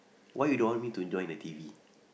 why you don't want me to join the t_v